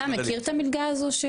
אתה מכיר את המלגה הזו?